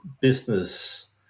business